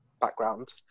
background